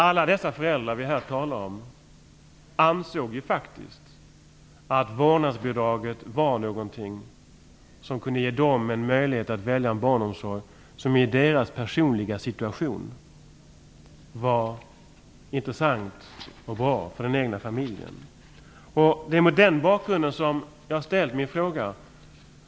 Alla de föräldrar som vi talar om här ansåg ju faktiskt att vårdnadsbidraget var något som kunde ge dem en möjlighet att välja en barnomsorg som var intressant och bra för den egna familjen i deras personliga situation. Det är mot den bakgrunden som jag har ställt min fråga.